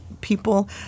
people